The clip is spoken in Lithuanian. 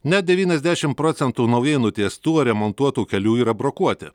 net devyniasdešim procentų naujai nutiestų ar remontuotų kelių yra brokuoti